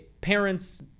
parents